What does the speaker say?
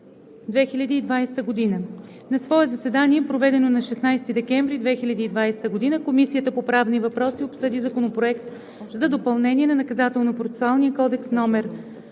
2020 г. На свое заседание, проведено на 16 декември 2020 г., Комисията по правни въпроси обсъди Законопроект за допълнение на Наказателно-процесуалния кодекс,